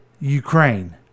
Ukraine